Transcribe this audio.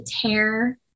tear